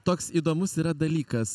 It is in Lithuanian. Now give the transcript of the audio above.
toks įdomus yra dalykas